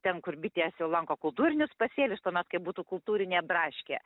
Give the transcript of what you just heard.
ten kur bitės jau lanko kultūrinius pasėlius tuomet kaip būtų kultūrinė braškė